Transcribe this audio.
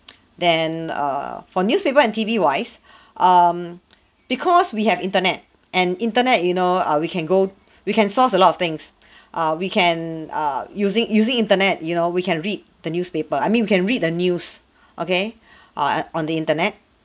then uh for newspaper and T_V wise um because we have internet and internet you know err we can go we can source a lot of things err we can err using using internet you know we can read the newspaper I mean we can read the news okay uh on the internet